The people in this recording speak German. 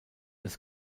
des